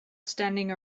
standing